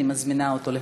הצעת חוק הדרכונים (תיקון מס' 9),